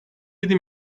yedi